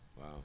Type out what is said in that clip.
wow